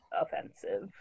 offensive